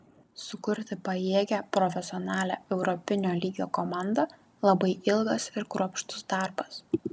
sukurti pajėgią profesionalią europinio lygio komandą labai ilgas ir kruopštus darbas